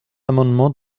amendement